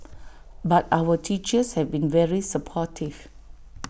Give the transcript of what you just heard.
but our teachers have been very supportive